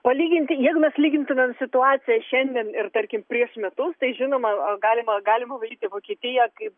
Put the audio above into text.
palyginti jeigu mes lygintumėm situaciją šiandien ir tarkim prieš metus tai žinoma a galima galima valyti vokietiją kaip